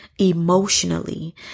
emotionally